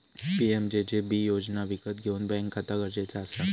PMJJB योजना विकत घेऊक बॅन्क खाता गरजेचा असा